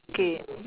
okay